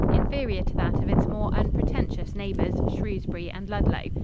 inferior to that of its more unpretentious neighbors, shrewsbury and ludlow.